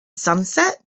sunset